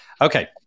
Okay